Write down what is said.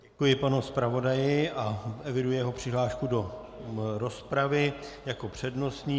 Děkuji panu zpravodaji a eviduji jeho přihlášku do rozpravy jako přednostní.